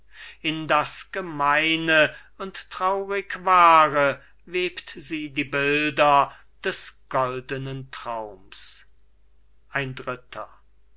in das gemeine und traurigwahre webt sie die bilder des goldenen traums ein dritter